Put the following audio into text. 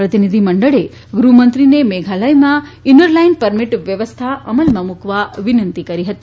પ્રતિનિધિમંડળે ગૃહમંત્રીને મેઘાલયમાં ઇનર લાઇન પરમીટ વ્યવસ્થા અમલમાં મુકવા વિનંતી કરી હતી